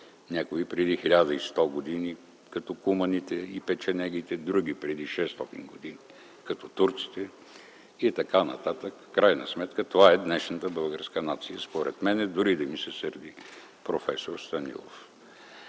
някои – преди 1100 години, като куманите и печенегите, други – преди 600 години, като турците, и т. н., в крайна сметка това е днешната българска нация, според мен, дори да ми се сърди проф. Станилов.